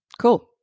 Cool